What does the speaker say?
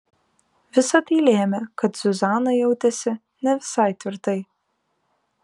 visa tai lėmė kad zuzana jautėsi ne visai tvirtai